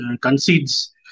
concedes